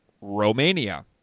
Romania